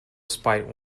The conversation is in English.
spite